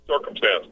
circumstance